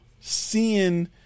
seeing